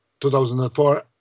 2004